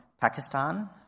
Pakistan